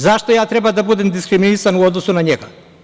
Zašto ja treba da budem diskriminisan u odnosu na njega?